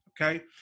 okay